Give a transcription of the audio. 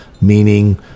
meaning